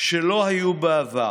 שלא היו בעבר.